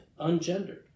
ungendered